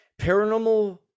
paranormal